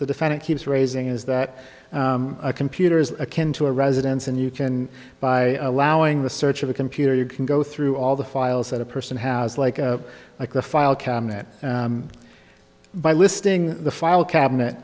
the defendant keeps raising is that a computer is akin to a residence and you can by allowing the search of a computer you can go through all the files that a person has like a like a file cabinet by listing the file cabinet